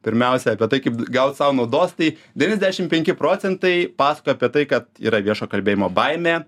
pirmiausia apie tai kaip gal sau naudos tai devyniasdešim penki procentai pasakoja apie tai kad yra viešo kalbėjimo baimė